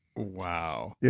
wow! yeah